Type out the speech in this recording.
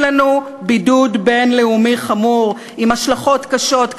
לנו בידוד בין-לאומי חמור עם השלכות קשות,